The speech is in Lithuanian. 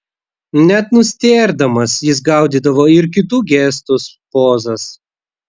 net nustėrdamas jis gaudydavo ir kitų gestus pozas